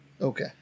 Okay